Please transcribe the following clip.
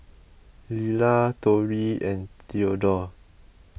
Lelar Torie and theadore